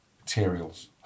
Materials